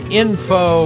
info